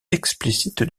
explicite